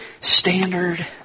standard